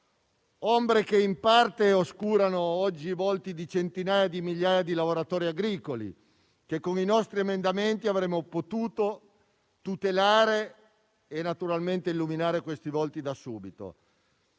ombre che in parte oscurano oggi i volti di centinaia di migliaia di lavoratori agricoli, che con i nostri emendamenti avremmo potuto tutelare, illuminando naturalmente i loro volti da subito.